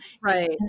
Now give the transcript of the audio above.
Right